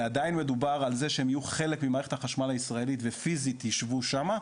עדיין מדובר על זה שהם יהיו חלק ממערכת החשמל הישראלית ופיזית ישבו שם,